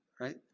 right